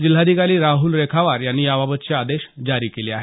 जिल्हाधिकारी राहूल रेखावर यांनी याबाबतचे आदेश जारी केले आहेत